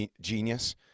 genius